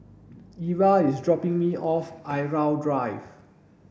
Eva is dropping me off at Irau Drive